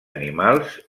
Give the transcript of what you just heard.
animals